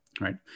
right